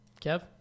Kev